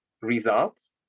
results